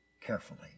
carefully